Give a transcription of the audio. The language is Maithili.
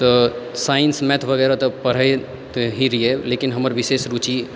तऽ साइंस मैथ वगेरह तऽ पढ़ैत ही रहियै लेकिन हमर विशेष रूचि